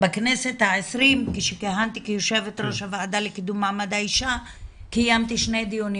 בכנסת ה-20 כשכיהנתי כיו"ר הוועדה לקידום מעמד האישה קיימתי שני דיונים